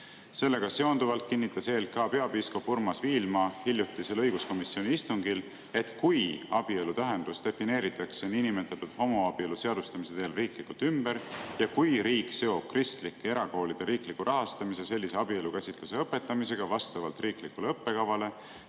Sellega seonduvalt kinnitas EELK peapiiskop Urmas Viilma hiljutisel õiguskomisjoni istungil, et kui abielu tähendust defineeritakse niinimetatud homoabielu seadustamise teel riiklikult ümber ja kui riik seob kristlike erakoolide riikliku rahastamise sellise abielukäsitluse õpetamisega vastavalt riiklikule õppekavale,